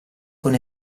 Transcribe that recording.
con